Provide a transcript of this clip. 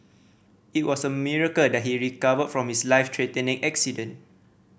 it was a miracle that he recovered from his life threatening accident